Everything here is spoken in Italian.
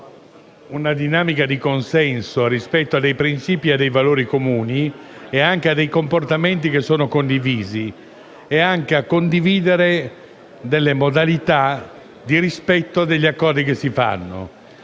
una dinamica di consenso rispetto a dei principi, a dei valori comuni, a dei comportamenti condivisi e anche alla condivisione delle modalità di rispetto degli accordi che si fanno.